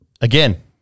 Again